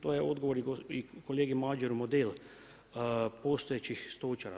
To je odgovor i kolegi Madjaru model postojećih stočara.